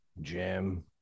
Jim